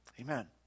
Amen